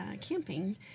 camping